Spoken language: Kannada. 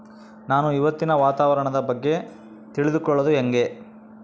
ನಾನು ಇವತ್ತಿನ ವಾತಾವರಣದ ಬಗ್ಗೆ ತಿಳಿದುಕೊಳ್ಳೋದು ಹೆಂಗೆ?